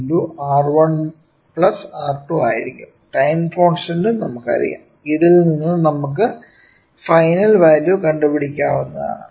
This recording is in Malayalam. ടൈം കോൺസ്റ്റന്റും നമുക്ക് അറിയാം ഇതിൽ നിന്ന് നമുക്ക് ഫൈനൽ വാല്യൂ കണ്ടു പിടിക്കാവുന്നതാണ്